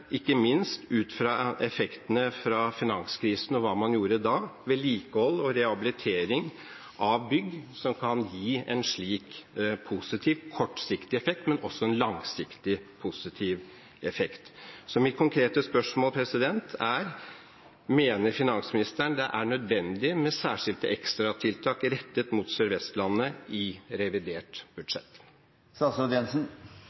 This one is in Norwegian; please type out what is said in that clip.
ikke minst ut fra effektene fra finanskrisen og hva man gjorde da – vedlikehold og rehabilitering av bygg som kan gi en slik positiv kortsiktig effekt, men også en langsiktig positiv effekt. Så mitt konkrete spørsmål er: Mener finansministeren det er nødvendig med særskilte ekstratiltak rettet mot Sør-Vestlandet i revidert